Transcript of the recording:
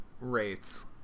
rates